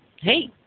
hey